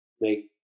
make